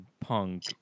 Punk